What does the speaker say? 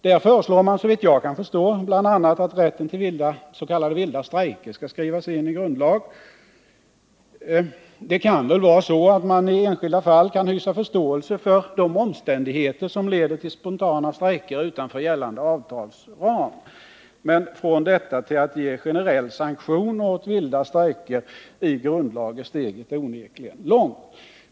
Där föreslår man såvitt jag kan förstå bl.a. att rätten till s.k. vilda strejker skall skrivas in i grundlag. Det kan väl vara så, att man i enskilda fall kan hysa förståelse för de omständigheter som leder till spontana strejker utanför gällande avtalsram. Men från detta och till att i grundlag ge generell sanktion åt vilda strejker är steget onekligen mycket långt.